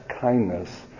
kindness